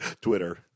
Twitter